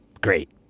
Great